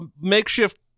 makeshift